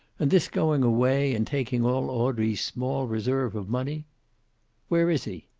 and this going away and taking all audrey's small reserve of money where is he?